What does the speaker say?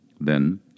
Then